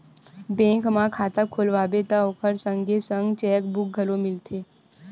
bank म खाता खोलवाबे त ओखर संगे संग चेकबूक घलो मिलथे